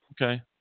Okay